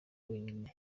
wenyine